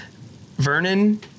Vernon